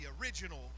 original